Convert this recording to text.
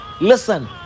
Listen